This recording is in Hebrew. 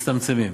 מצטמצמים,